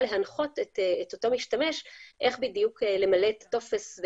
להנחות את אותו משתמש איך בדיוק למלא את הטופס.